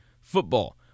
football